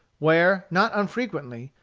where, not unfrequently,